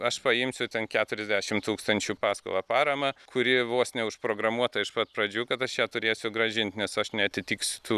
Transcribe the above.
aš paimsiu ten keturiasdešim tūkstančių paskolą paramą kuri vos ne užprogramuota iš pat pradžių kad aš ją turėsiu grąžint nes aš neatitiksiu tų